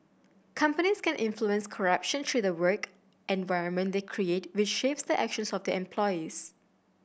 companies can influence corruption through the work environment they create which shapes the actions of their employees